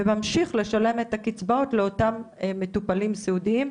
וממשיך לשלם את הקיצבאות לאותם מטופלים סיעודיים,